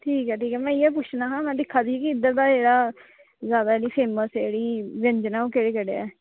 ठीक ऐ ठीक ऐ ते में इयै पुच्छना हा की में दिक्खा दी कि में थोह्ड़ा जेह्ड़ा जादै व्यंजन न जेह्ड़े ओह् केह्ड़े केह्ड़े ऐ